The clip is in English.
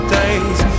days